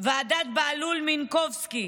ועדת בהלול מינקובסקי